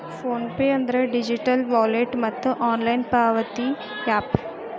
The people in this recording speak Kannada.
ಫೋನ್ ಪೆ ಅಂದ್ರ ಡಿಜಿಟಲ್ ವಾಲೆಟ್ ಮತ್ತ ಆನ್ಲೈನ್ ಪಾವತಿ ಯಾಪ್